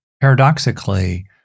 paradoxically